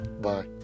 Bye